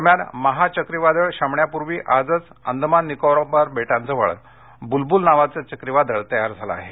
दरम्यान माहा चक्रीवादळ शमण्यापुर्वी आजच अंदमान निकोबार बेटांजवळ बुलबुल नावाचं चक्रीवादळ तयार झालं आहे